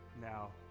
now